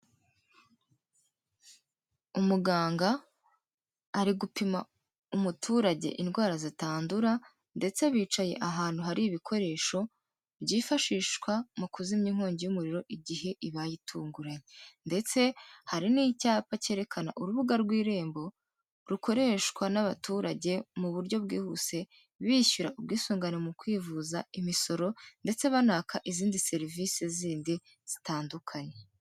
Umuganga ari gupima umuturage indwara zitandura ndetse bicaye ahantu hari ibikoresho byifashishwa mu kuzimya inkongi y'umuriro igihe ibaye itunguranye, ndetse hari n'icyapa cyerekana urubuga rw'irembo, rukoreshwa n'abaturage mu buryo bwihuse bishyura ubwisungane mu kwivuza, imisoro ndetse banaka izindi serivise zindi zitandukanye.